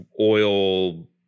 oil